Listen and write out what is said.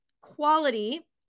quality